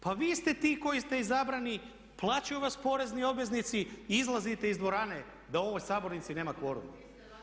Pa vi ste ti koji ste izabrani, plaćaju vas porezni obveznici i izlazite iz dvorane da u ovoj sabornici nema kvoruma.